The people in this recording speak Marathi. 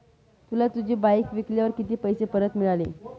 तुला तुझी बाईक विकल्यावर किती पैसे परत मिळाले?